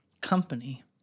company